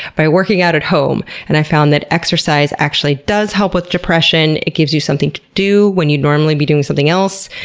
by working out at home. and i've found that exercise actually does help with depression, it gives you something to do when you'd normally be doing something else.